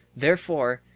therefore,